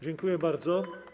Dziękuję bardzo.